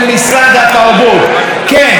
כן, הסעיף הזה ירד.